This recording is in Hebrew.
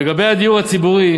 לגבי הדיור הציבורי,